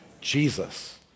jesus